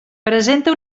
presenta